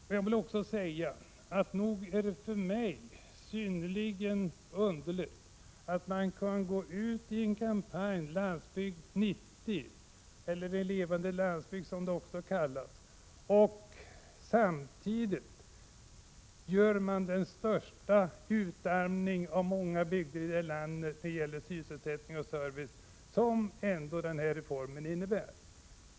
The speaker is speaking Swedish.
För mig är det synnerligen underligt att man kan gå ut i kampanjen Landsbygd 90, eller En levande landsbygd som den också kallas, och samtidigt genomdriva den stora utarmning av många bygder i detta land när det gäller sysselsättning och service som den här reformen innebär.